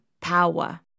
power